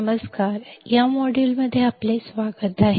नमस्कार या मॉड्यूलमध्ये आपले स्वागत आहे